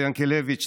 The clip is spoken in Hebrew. עומר ינקלביץ',